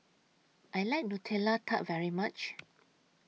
I like Nutella Tart very much